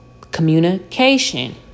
communication